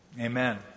amen